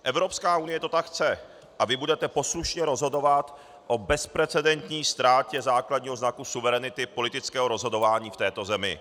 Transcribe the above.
Evropská unie to tak chce a vy budete poslušně rozhodovat o bezprecedentní ztrátě základního znaku suverenity politického rozhodování v této zemi.